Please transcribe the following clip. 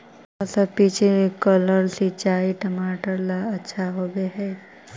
का स्प्रिंकलर सिंचाई टमाटर ला अच्छा होव हई?